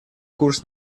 курс